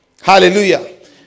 Hallelujah